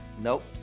Nope